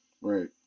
right